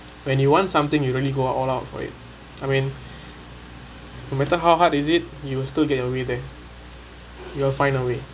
when you want something you really go all out for it I mean no matter how hard is it you will still get your way there you will find a way